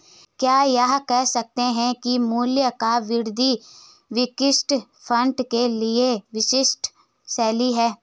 क्या यह कह सकते हैं कि मूल्य या वृद्धि इक्विटी फंड के लिए एक विशिष्ट शैली है?